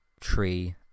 tree